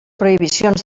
prohibicions